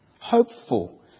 hopeful